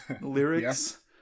lyrics